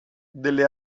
delle